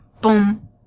Boom